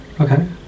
Okay